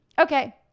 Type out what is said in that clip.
Okay